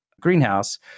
greenhouse